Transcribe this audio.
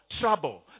trouble